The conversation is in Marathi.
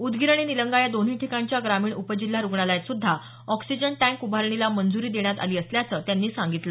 उदगीर आणि निलंगा या दोन्ही ठिकाणच्या ग्रामीण उपजिल्हा रुग्णालात सुध्दा ऑक्सिजन टँक उभारणीला मंजूरी देण्यात आली असल्याचं त्यांनी सांगितलं